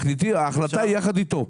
ההחלטה היא יחד איתו.